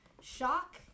shock